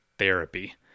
therapy